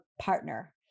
partner